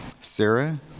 Sarah